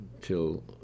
till